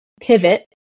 pivot